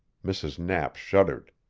mrs. knapp shuddered.